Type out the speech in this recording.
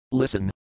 listen